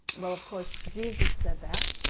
well of course jesus said that,